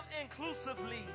inclusively